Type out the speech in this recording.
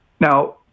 Now